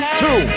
two